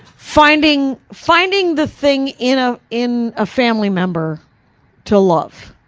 finding, finding the thing in ah in a family member to love.